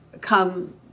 come